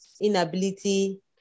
inability